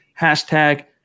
Hashtag